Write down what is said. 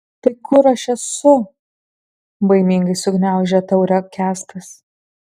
tai kur aš esu baimingai sugniaužė taurę kęstas